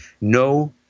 No